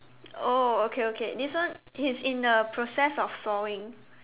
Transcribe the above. oh okay okay this one he's in the process of sawing